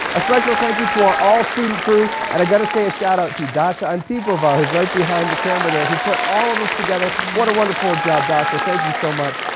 a special thank you for all student group and i got to say a shot out to dasha antipova, who's right behind the camera there who put all of this together. what a wonderful job dasha. thank you so much.